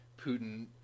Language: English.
Putin